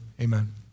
Amen